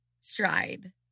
stride